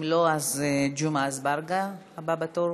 אם לא, ג'מעה אזברגה הבא בתור.